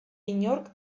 inork